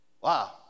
Wow